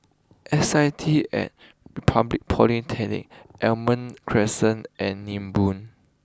S I T at Republic Polytechnic Almond Crescent and Nibong